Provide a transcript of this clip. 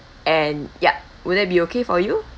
and ya would that be okay for you